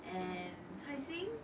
and 菜心